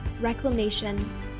Reclamation